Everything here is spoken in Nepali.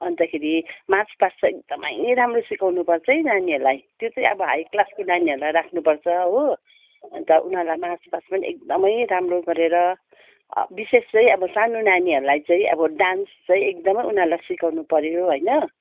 अन्तखेरि मार्च पास्ट चाहिँ एकदमै राम्रो सिकाउनु पर्छ है नानीहरूलाई त्यो चाहिँ अब हाई क्लासकोलाई नानीहरूलाई राख्नु पर्छ हो अन्त उनीहरूलाई मार्च पास्ट पनि एकदमै राम्रो गरेर विशेष चाहिँ अब सानो नानीहरूलाई चाहिँ अब डान्स चाहिँ एकदमै उनीहरूलाई सिकाउनु पऱ्यो होइन